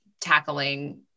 tackling